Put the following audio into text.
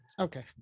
okay